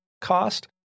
cost